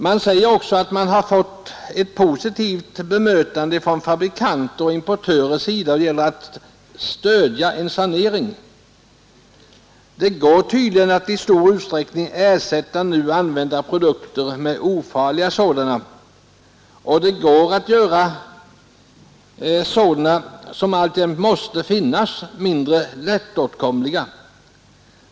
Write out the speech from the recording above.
Man säger också att man mött positivt intresse från fabrikanter och importörer för att stödja en sanering. Det går tydligen att i stor utsträckning ersätta nu använda produkter med ofarliga sådana, och det går att göra farliga produkter, som alltjämt måste finnas, mindre lättåtkomliga.